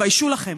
תתביישו לכם.